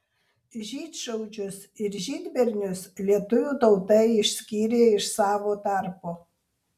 žydšaudžius ir žydbernius lietuvių tauta išskyrė iš savo tarpo